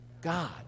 God